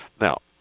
Now